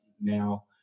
now